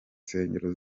nsengero